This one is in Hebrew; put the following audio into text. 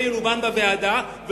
זה ילובן בוועדה,